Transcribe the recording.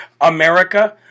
America